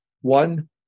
One